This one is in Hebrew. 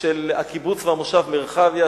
של הקיבוץ והמושב מרחביה,